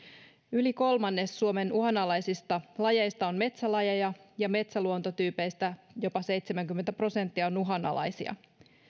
yli kolmannes suomen uhanalaisista lajeista on metsälajeja ja metsäluontotyypeistä jopa seitsemänkymmentä prosenttia on uhanalaisia